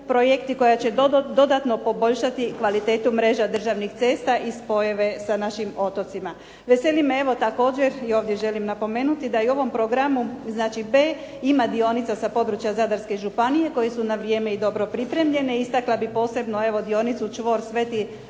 projekt i koja će dodatno poboljšati kvalitetu mreža državnih cesta i spojeve sa našim otocima. Veseli me također i ovdje želim naglasiti da u ovom programu B ima dionica sa područja Zadarske županije, koje su na vrijeme i dobro pripremljene, istakla bih posebno dionicu čvor